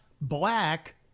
black